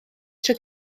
tro